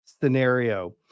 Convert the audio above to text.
scenario